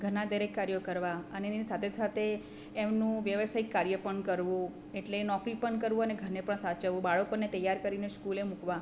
ઘરના દરેક કાર્યો કરવા અને એની સાથે સાથે એમનું વ્યવસાયિક કાર્ય પણ કરવું એટલે નોકરી પણ કરવી અને ઘરને પણ સાચવવું બાળકોને તૈયાર કરીને સ્કૂલે મૂકવા